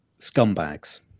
scumbags